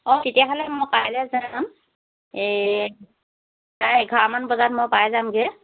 অঁ তেতিয়াহ'লে মই কাইলৈ যাম এই প্ৰায় এঘাৰ মান বজাত মই পাই যামগৈ